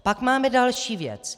Pak máme další věc.